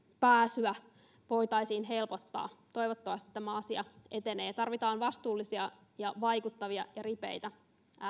pääsyä voitaisiin helpottaa toivottavasti tämä asia etenee tarvitaan vastuullisia ja vaikuttavia ja ripeitä